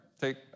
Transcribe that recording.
Take